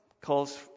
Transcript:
calls